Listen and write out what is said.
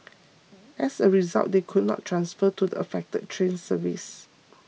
as a result they could not transfer to the affected train services